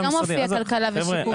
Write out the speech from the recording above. לא מופיע כלכלה ושיכון.